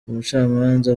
umucamanza